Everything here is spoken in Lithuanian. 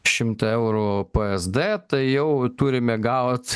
šimtą eurų psd tai jau turime gaut